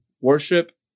worship